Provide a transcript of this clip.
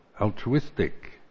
altruistic